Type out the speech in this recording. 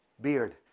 beard